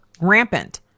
rampant